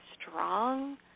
strong